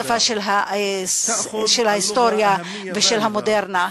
השפה של ההיסטוריה ושל המודרנה.